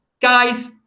guys